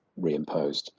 reimposed